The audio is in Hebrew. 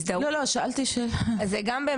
תלוי באיזה אגף אנחנו מדברים,